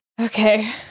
Okay